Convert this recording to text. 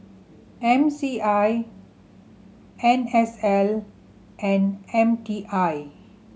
M C I N S L and M T I